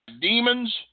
Demons